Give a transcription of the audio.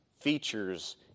features